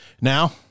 now